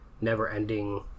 never-ending